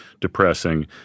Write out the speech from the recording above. depressing